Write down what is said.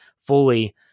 fully